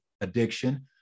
addiction